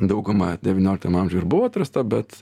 dauguma devynioliktam amžiuj ir buvo atrasta bet